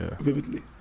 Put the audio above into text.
Vividly